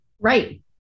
Right